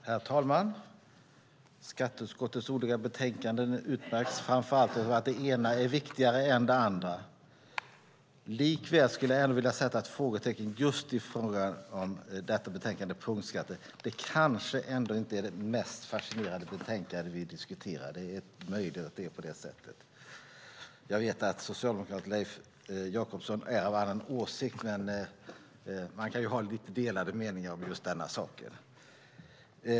Herr talman! Skatteutskottets olika betänkanden utmärks framför allt av att det ena är viktigare än det andra. Likväl skulle jag vilja sätta ett frågetecken i fråga om detta betänkande om punktskatter. Det kanske ändå inte är det mest fascinerande betänkande som vi diskuterar. Jag vet att socialdemokraten Leif Jakobsson är av annan åsikt. Men man kan ha lite delade meningar om denna sak.